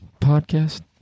podcast